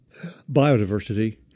Biodiversity